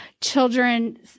children